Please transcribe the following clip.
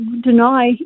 deny